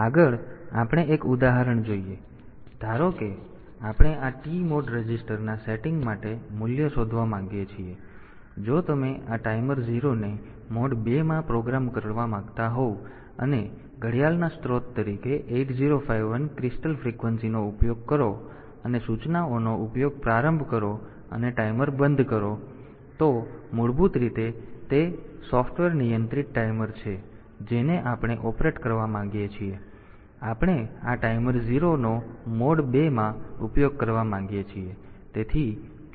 આગળ આપણે એક ઉદાહરણ જોઈએ ધારો કે આપણે આ TMOD રજિસ્ટર ના સેટિંગ માટે મૂલ્ય શોધવા માંગીએ છીએ જો તમે આ ટાઈમર 0 ને મોડ 2 માં પ્રોગ્રામ કરવા માંગતા હોવ અને ઘડિયાળના સ્ત્રોત તરીકે 8051 ક્રિસ્ટલ ફ્રીક્વન્સી નો ઉપયોગ કરો અને સૂચનાઓનો ઉપયોગ પ્રારંભ કરો અને ટાઈમર બંધ કરો તો મૂળભૂત રીતે તે સોફ્ટ સોફ્ટવેર નિયંત્રિત ટાઈમર છે જેને આપણે ઓપરેટ કરવા માંગીએ છીએ અને આપણે આ ટાઈમર 0 નો મોડ 2 માં ઉપયોગ કરવા માંગીએ છીએ